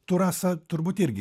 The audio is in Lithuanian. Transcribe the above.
tu rasa turbūt irgi